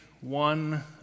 one